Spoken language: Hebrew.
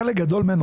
חלק גדול ממנו,